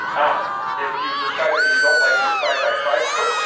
ah if you decide that you don't like the side-by-side split,